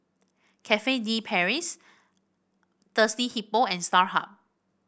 Cafe De Paris Thirsty Hippo and Starhub